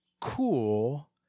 cool